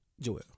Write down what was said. Joel